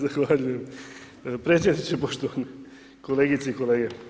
Zahvaljujem predsjedniče, poštovani kolegice i kolege.